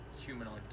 humanoid